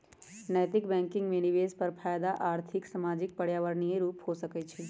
नैतिक बैंकिंग में निवेश पर फयदा आर्थिक, सामाजिक, पर्यावरणीय रूपे हो सकइ छै